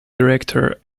director